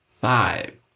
five